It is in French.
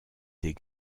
des